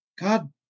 God